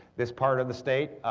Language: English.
this part of the state,